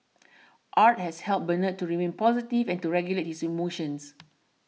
art has helped Bernard to remain positive and to regulate his emotions